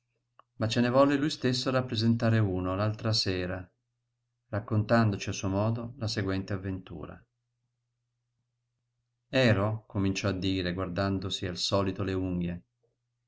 ma ce ne volle lui stesso rappresentare uno l'altra sera raccontandoci a suo modo la seguente avventura ero cominciò a dire guardandosi al solito le unghie